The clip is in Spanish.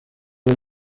del